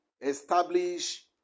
establish